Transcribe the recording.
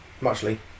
muchly